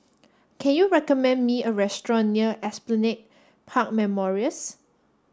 can you recommend me a restaurant near Esplanade Park Memorials